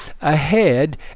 ahead